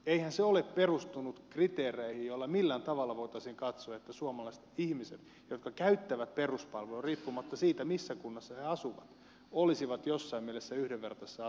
eihän se ole perustunut kriteereihin joilla millään tavalla voitaisiin katsoa että suomalaiset ihmiset jotka käyttävät peruspalveluja riippumatta siitä missä kunnassa he asuvat olisivat jossain mielessä yhdenvertaisessa asemassa